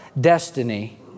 destiny